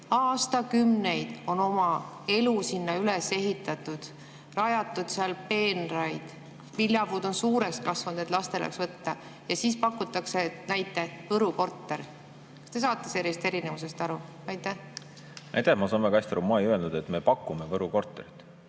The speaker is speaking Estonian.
Aastakümneid on oma elu sinna üles ehitatud, rajatud seal peenraid, viljapuud on suureks kasvanud, et lastel oleks võtta, ja siis pakutakse näiteks Võru korterit. Kas te saate sellest erinevusest aru? Aitäh! Ma saan väga hästi aru. Ma ei öelnud, et me pakume Võru korterit.